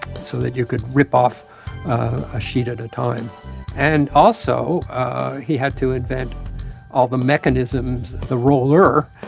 so that you could rip off a sheet at a time and also he had to invent all the mechanisms, the roller,